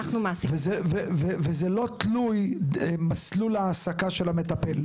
זה לא תלוי מסלול העסקה של המטפל?